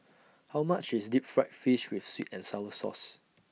How much IS Deep Fried Fish with Sweet and Sour Sauce